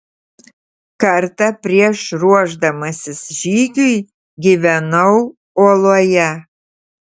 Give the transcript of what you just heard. kartą prieš ruošdamasis žygiui gyvenau uoloje